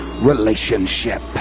relationship